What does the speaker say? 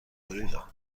بریدم